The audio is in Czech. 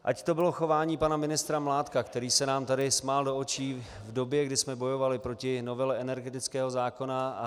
Ať to bylo chování pana ministra Mládka, který se nám tady smál do očí v době, kdy jsme bojovali proti novele energetického zákona.